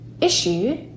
issue